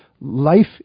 life